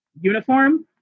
uniform